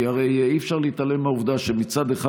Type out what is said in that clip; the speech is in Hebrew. כי הרי אי-אפשר להתעלם מהעובדה שמצד אחד